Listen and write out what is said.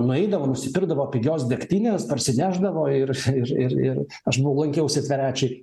nueidavo nusipirkdavo pigios degtinės parsinešdavo ir ir ir aš buvau lankiausi tverečiuj